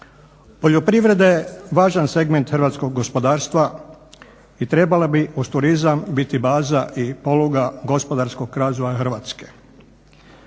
Poljoprivreda je važan segment hrvatskog gospodarstva i trebala bi uz turizam biti baza i poluga gospodarskog razvoja Hrvatske.